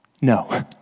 No